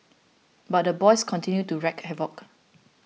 but the boys continued to wreak havoc